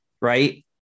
right